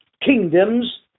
kingdoms